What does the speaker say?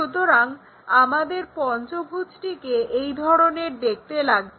সুতরাং আমাদের পঞ্চভুজটিকে এই ধরনের দেখতে লাগছে